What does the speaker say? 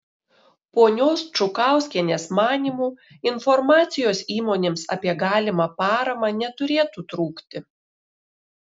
ponios čukauskienės manymu informacijos įmonėms apie galimą paramą neturėtų trūkti